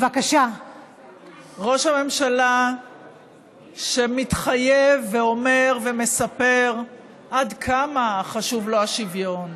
ראש הממשלה שמתחייב ואומר ומספר עד כמה חשוב לו השוויון,